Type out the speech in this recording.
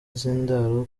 z’indaro